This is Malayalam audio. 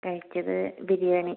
കഴിച്ചത് ബിരിയാണി